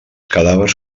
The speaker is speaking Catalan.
cadàvers